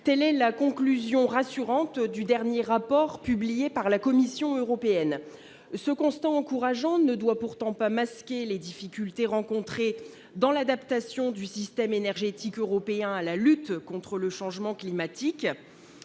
Telle est la conclusion rassurante du dernier rapport publié par la Commission européenne. Ce constat encourageant ne doit pourtant pas masquer les difficultés rencontrées dans l'adaptation du système énergétique européen à la lutte contre le changement climatique.